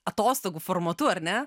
atostogų formatu ar ne